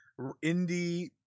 indie